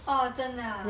orh 真的 ah